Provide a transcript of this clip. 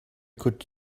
could